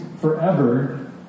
forever